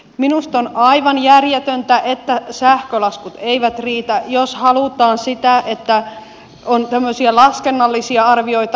minusta on aivan järjetöntä että sähkölaskut eivät riitä jos halutaan että on tämmöisiä laskennallisia arvioita